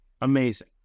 amazing